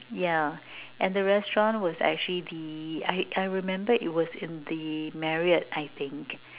yeah and the restaurant was actually the I I remember it was in the Marriott I think